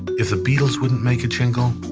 if the beatles wouldn't make a jingle,